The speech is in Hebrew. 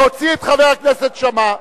להוציא את חבר הכנסת שאמה.